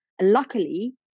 luckily